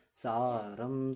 saram